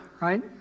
right